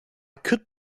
could